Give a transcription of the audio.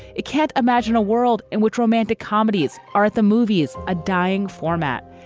it can't imagine a world in which romantic comedies are at the movies a dying format.